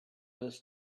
this